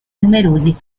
numerosi